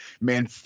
man